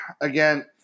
again